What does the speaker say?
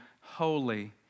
holy